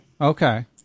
Okay